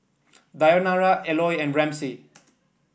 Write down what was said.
Dayanara Eloy and Ramsey